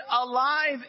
alive